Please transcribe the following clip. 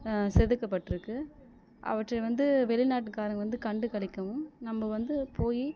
செதுக்கப்பட்டுருக்குது அவற்றை வந்து வெளிநாட்டுக்காரவங்கள் வந்து கண்டுகளிக்கவும் நம்ம வந்து போய்